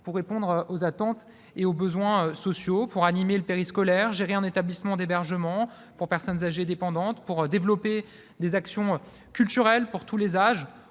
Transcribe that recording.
de répondre aux attentes et aux besoins sociaux : animer le périscolaire, gérer un établissement d'hébergement pour personnes âgées dépendantes, mener des actions culturelles pour tous les âges,